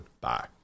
Bye